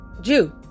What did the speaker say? Jew